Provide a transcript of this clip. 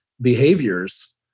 behaviors